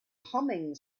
humming